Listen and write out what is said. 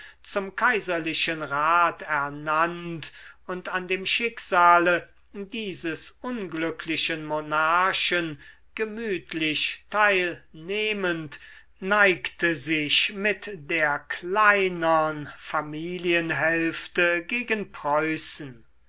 zum kaiserlichen rat ernannt und an dem schicksale dieses unglücklichen monarchen gemütlich teilnehmend neigte sich mit der kleinem familienhälfte gegen preußen